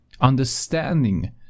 Understanding